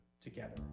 together